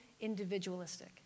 individualistic